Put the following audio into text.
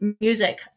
music